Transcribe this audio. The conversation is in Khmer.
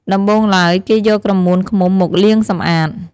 ដំបូងឡើយ គេយកក្រមួនឃ្មុំមកលាងសម្អាត។